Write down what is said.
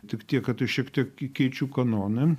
tik tiek kad aš šiek tiek keičiu kanoną